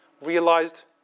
realized